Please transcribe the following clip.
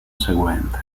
seguente